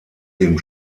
dem